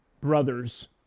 brothers